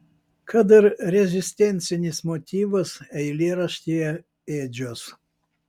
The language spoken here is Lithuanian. kad ir rezistencinis motyvas eilėraštyje ėdžios